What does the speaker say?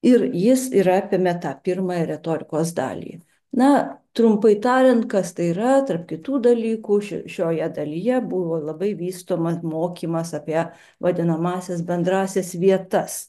ir jis ir apėmė tą pirmąją retorikos dalį na trumpai tariant kas tai yra tarp kitų dalykų šio šioje dalyje buvo labai vystomas mokymas apie vadinamąsias bendrąsias vietas